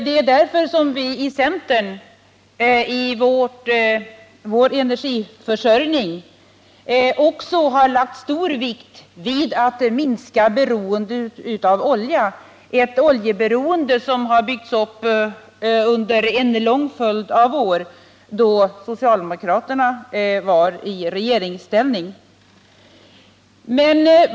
Det är därför som centern också har lagt stor vikt vid att minska beroendet av olja, ett oljeberoende som har byggts upp under en lång följd av år, då socialdemokraterna var i regeringsställning.